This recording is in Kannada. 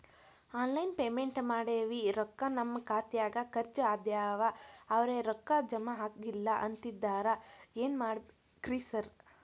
ಆನ್ಲೈನ್ ಪೇಮೆಂಟ್ ಮಾಡೇವಿ ರೊಕ್ಕಾ ನಮ್ ಖಾತ್ಯಾಗ ಖರ್ಚ್ ಆಗ್ಯಾದ ಅವ್ರ್ ರೊಕ್ಕ ಜಮಾ ಆಗಿಲ್ಲ ಅಂತಿದ್ದಾರ ಏನ್ ಮಾಡ್ಬೇಕ್ರಿ ಸರ್?